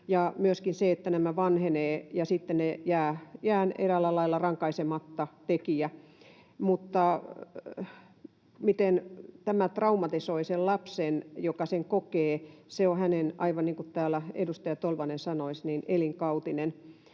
myöskin se, että nämä vanhenevat ja sitten tekijä jää eräällä lailla rankaisematta. Ja se, miten tämä traumatisoi sen lapsen, joka sen kokee, on aivan niin kuin täällä edustaja Tolvanen sanoi: se on elinkautinen.